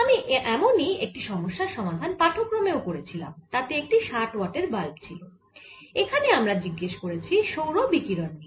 আমি এমনই একটি সমস্যার সমাধান পাঠক্রমে করেছিলাম তাতে একটি 60 ওয়াটের বাল্ব ছিল এখানে আমরা জিজ্ঞেস করেছি সৌর বিকিরণ নিয়ে